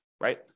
Right